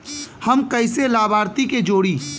हम कइसे लाभार्थी के जोड़ी?